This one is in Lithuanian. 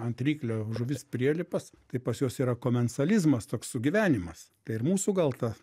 ant ryklio žuvis prielipas tai pas juos yra komensalizmas toks sugyvenimas tai ir mūsų gal ta